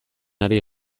ari